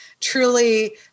truly